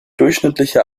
durchschnittliche